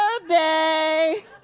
birthday